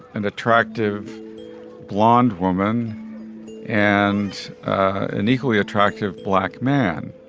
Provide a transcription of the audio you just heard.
and attractive blonde woman and an equally attractive black man,